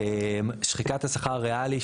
שחיקת השכר הריאלי,